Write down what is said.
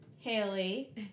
Haley